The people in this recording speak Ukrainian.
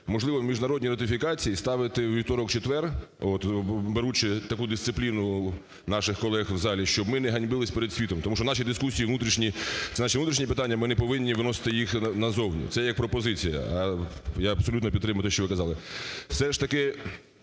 Можливо, міжнародні ратифікації ставити у вівторок-четвер от, беручи таку дисципліну наших колег в залі, щоб ми не ганьбились перед світом, тому наші дискусії внутрішні це наші внутрішні питання, ми неповинні виносити їх на зовні. Це як пропозиція. А я абсолютно підтримую те, що ви казали. Все ж таки